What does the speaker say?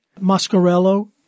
Mascarello